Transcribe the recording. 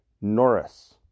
Norris